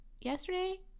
yesterday